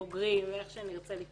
בוגרים או איך שלא נקרא